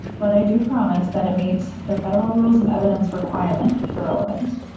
but i do promise that it meets the federal rules of evidence requirement for relevance